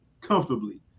comfortably